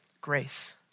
grace